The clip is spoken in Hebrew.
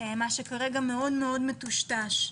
מה שכרגע מאוד מטושטש.